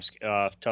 tough